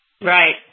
Right